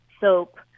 soap